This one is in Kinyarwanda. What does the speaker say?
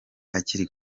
akiri